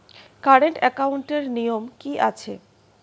Current একাউন্টের নিয়ম কী আছে?